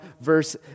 verse